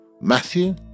Matthew